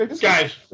guys